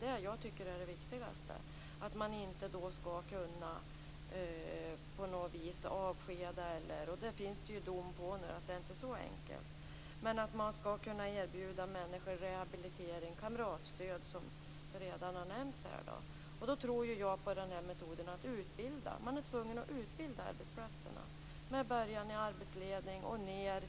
Det är då viktigt att det inte blir fråga om att avskeda osv. Det finns nu en dom som visar att det inte är så enkelt. Människor skall erbjudas rehabilitering, kamratstöd osv. Jag tror på utbildning. Det måste ske utbildning på arbetsplatserna med början i arbetsledning och ned